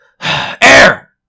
Air